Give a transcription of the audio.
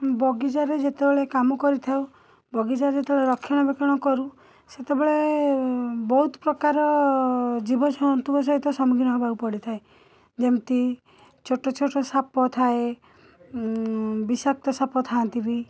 ବଗିଚାରେ ଯେତେବେଳେ କାମ କରିଥାଉ ବଗିଚାରେ ଯେତେବେଳେ ରକ୍ଷଣବେକ୍ଷଣ କରୁ ସେତେବେଳେ ବହୁତ ପ୍ରକାର ଜୀବଜନ୍ତୁଙ୍କ ସହିତ ସମ୍ମୁଖୀନ ହବାକୁ ପଡ଼ିଥାଏ ଯେମିତି ଛୋଟଛୋଟ ସାପ ଥାଏ ବିଷାକ୍ତ ସାପ ଥାଆନ୍ତି ବି